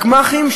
הגמ"חים,